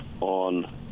on